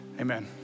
amen